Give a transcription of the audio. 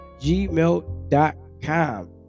gmail.com